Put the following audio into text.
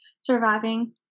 surviving